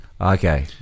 Okay